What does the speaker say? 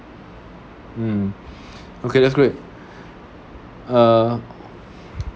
um okay that's great uh